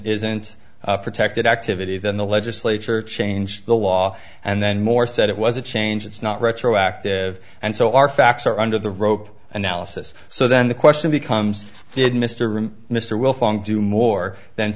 isn't protected activity then the legislature changed the law and then more said it was a change it's not retroactive and so our facts are under the rope analysis so then the question becomes did mr rim mr wilfong do more than